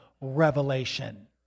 revelation